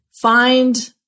find